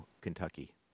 Kentucky